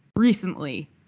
Recently